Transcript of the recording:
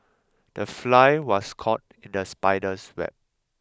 the fly was caught in the spider's web